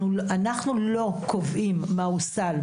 אנחנו לא קובעים מה הוא סל,